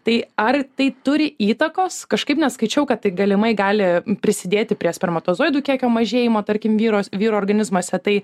tai ar tai turi įtakos kažkaip nes skaičiau kad tai galimai gali prisidėti prie spermatozoidų kiekio mažėjimo tarkim vyro vyrų organizmuose tai